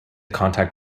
contact